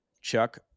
Chuck